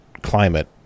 climate